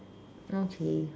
okay